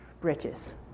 riches